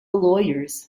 lawyers